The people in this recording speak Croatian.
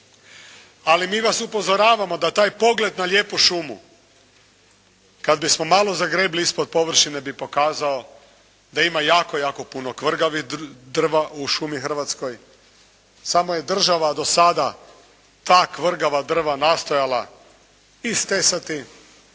ali mi vas upozoravamo da taj pogled na lijepu šumu kad bismo malo zagrebli ispod površine bi pokazao da ima jako, jako puno kvrgavih drva u šumi Hrvatskoj. Samo je država do sada ta kvrgava drva nastojala istesati,